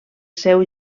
seu